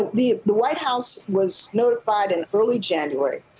the the white house was notified in early january,